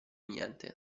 niente